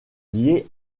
liées